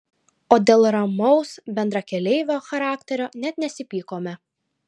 o dėl ramaus bendrakeleivio charakterio net nesipykome